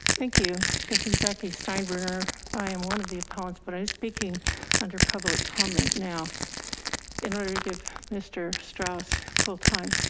thank you. this is becky steinbrenner. i am one of the appellants, but i speaking under public comment now in order to give mr. strauss full time.